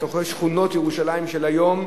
בתוך שכונות ירושלים של היום,